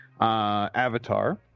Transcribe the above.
Avatar